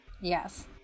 yes